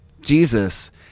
Jesus